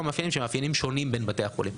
מאפיינים שהם מאפיינים שונים בין בתי החולים.